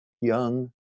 young